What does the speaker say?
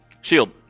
Shield